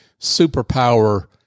superpower